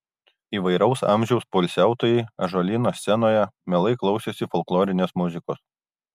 įvairaus amžiaus poilsiautojai ąžuolyno scenoje mielai klausėsi folklorinės muzikos